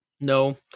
No